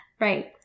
Right